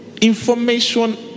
information